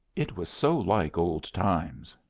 it was so like old times.